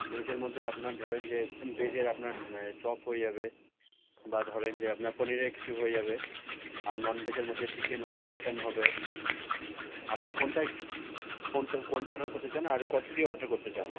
ভেজের মধ্যে আপনার ধরেন যে ভেজের আপনার চপ হয়ে যাবে বা ধরেন যে আপনার পনিরের কিছু হয়ে যাবে আর নন ভেজের মধ্যে চিকেন হবে মাটান হবে আপনি কোনটায় কোনটা কোনটা অর্ডার করতে চান আর কতো দিয়ে অর্ডার করতে চান